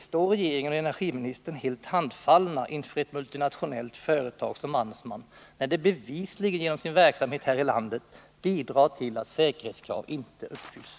Står regeringen och energiministern helt handfallna inför ett multinationellt företag som Mannesman, när det bevisligen genom sin verksamhet här i landet bidrar till att säkerhetskrav inte uppfylls?